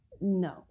no